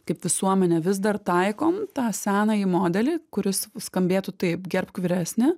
kaip visuomenė vis dar taikom tą senąjį modelį kuris skambėtų taip gerbk vyresnį